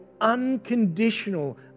unconditional